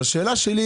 השאלה שלי,